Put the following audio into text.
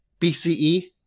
BCE